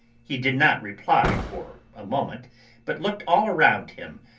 he did not reply for a moment but looked all round him,